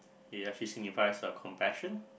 she actually signifies uh compassion